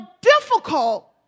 difficult